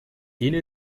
tiene